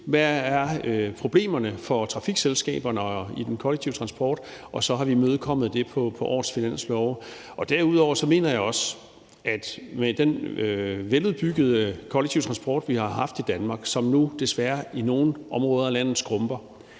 hvad problemerne for trafikselskaberne og den kollektive transport er, og så har vi imødekommet det på årets finanslove. Derudover mener jeg også, at det med den veludbyggede offentlige transport, vi har haft i Danmark, som nu desværre i nogle områder af landet skrumper,